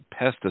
pesticides